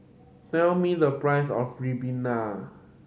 tell me the price of ribena